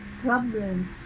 Problems